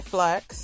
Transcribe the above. Flex